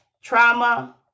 trauma